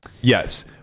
Yes